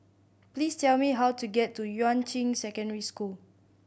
please tell me how to get to Yuan Ching Secondary School